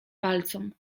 palcom